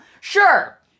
Sure